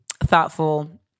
thoughtful